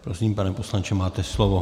Prosím, pane poslanče, máte slovo.